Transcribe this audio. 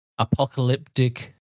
apocalyptic